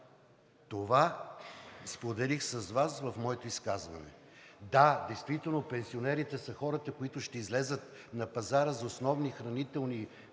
Това споделих с Вас в моето изказване. Да, действително пенсионерите са хората, които ще излязат на пазара за основни хранителни